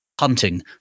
Hunting